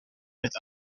met